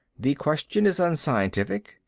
the question is unscientific.